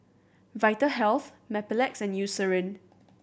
Vitahealth Mepilex and Eucerin